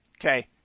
Okay